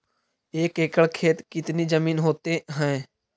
एक एकड़ खेत कितनी जमीन होते हैं?